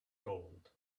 gold